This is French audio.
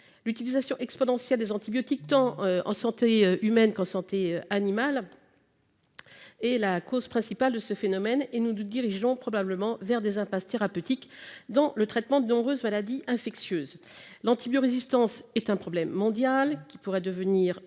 L'utilisation exponentielle des antibiotiques, en santé tant humaine qu'animale, est la cause principale de ce phénomène, et nous nous dirigeons probablement vers des impasses thérapeutiques dans le traitement de nombreuses maladies infectieuses. L'antibiorésistance est un problème mondial, qui pourrait devenir